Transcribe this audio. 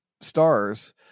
stars